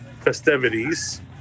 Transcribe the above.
festivities